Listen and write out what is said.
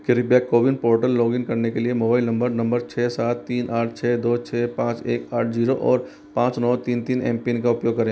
कृपया CoWIN portal log in करने के लिए मोबाइल नंबर नंबर छ सात तीन आठ छ दो छ पाँच एक आठ जीरो और पाँच नौ तीन तीन एम पिन का उपयोग करें